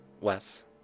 Wes